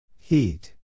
Heat